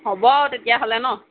হ'ব আৰু তেতিয়াহ'লে নহ্